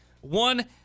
One